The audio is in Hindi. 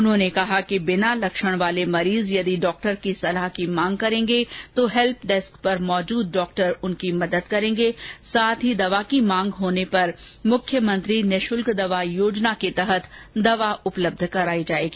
उन्होंने बताया कि बिना लक्षण वाले मरीज यदि डॉक्टर की सलाह की मांग करेंगे तो हेल्प डेस्क पर मौजूद डॉक्टर उनकी मदद करेंगे साथ ही दवा की मांग होने पर मुख्यमंत्री निःशुल्क दवा योजना के तहत दवा उपलब्ध कराई जाएगी